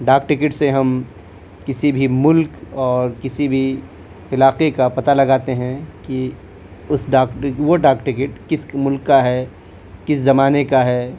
ڈاک ٹکٹ سے ہم کسی بھی ملک اور کسی بھی علاقے کا پتہ لگاتے ہیں کہ اس ڈاک ٹکٹ وہ ڈاک ٹکٹ کس ملک کا ہے کس زمانے کا ہے